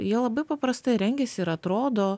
jie labai paprastai rengiasi ir atrodo